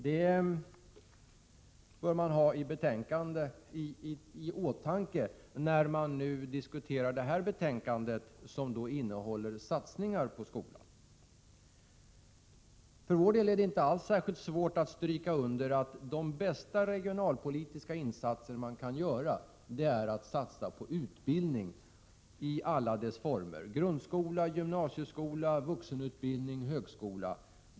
Detta bör man ha i åtanke när man nu diskuterar det här betänkandet, som innehåller satsningar på skolan. För vår del är det inte alls särskilt svårt att stryka under att de bästa regionalpolitiska insatser som man kan göra är att satsa på utbildning i alla dess former: grundskola, gymnasieskola, vuxenutbildning och högskola.